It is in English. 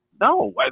no